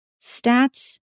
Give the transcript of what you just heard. Stats